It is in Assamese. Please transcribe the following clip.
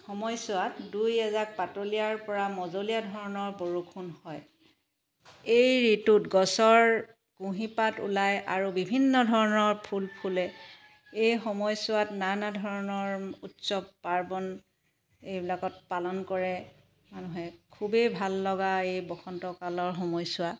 সময়ছোৱাত দুই এজাক পাতলীয়াৰ পৰা মজলীয়া ধৰণৰ বৰষুণ হয় এই ঋতুত গছৰ কুঁহিপাত ওলায় আৰু বিভিন্ন ধৰণৰ ফুল ফুলে এই সময়ছোৱাত নানা ধৰণৰ উৎসৱ পাৰ্বণ এইবিলাকত পালন কৰে মানুহে খুবেই ভাল লগা এই বসন্ত কালৰ সময়ছোৱা